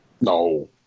No